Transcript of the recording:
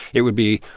it would be,